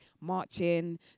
marching